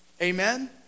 Amen